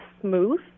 smooth